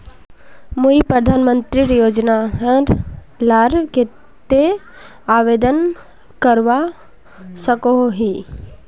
मुई प्रधानमंत्री योजना लार केते आवेदन करवा सकोहो ही?